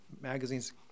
magazines